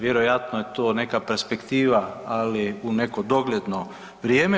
Vjerojatno je to neka perspektiva ali u neko dogledno vrijeme.